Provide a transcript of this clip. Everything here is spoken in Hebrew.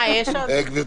בשביל